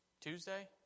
Tuesday